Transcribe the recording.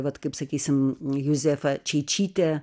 vat kaip sakysim juzefa čeičytė